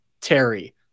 Terry